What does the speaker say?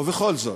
ובכל זאת,